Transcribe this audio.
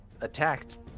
attacked